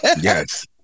Yes